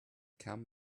come